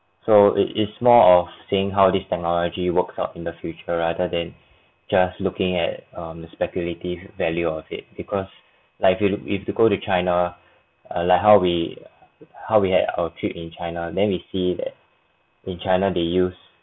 so it is more of saying how this technology works out in the future rather than just looking at um speculative value of it because like if you if you go to china err like how we how we had our trip in china then we see that in china they use